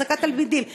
החזקת התלמידים.